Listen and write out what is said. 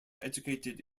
educated